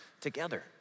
together